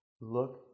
look